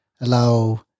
allow